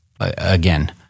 again